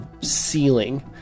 ceiling